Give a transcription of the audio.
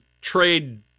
trade